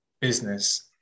business